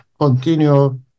continue